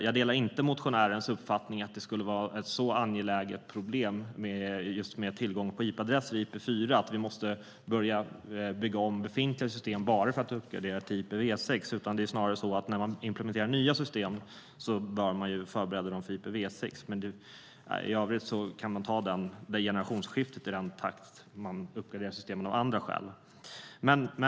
Jag delar inte motionärens uppfattning att bristen på IP-adresser i IPv4 är ett angeläget problem så att vi måste börja bygga om befintliga system bara för att uppgradera till IPv6. Det är snarare så att när man implementerar nya system bör man förbereda dem för IPv6. I övrigt kan man ta det generationsskiftet i den takt man uppgraderar systemen av andra skäl.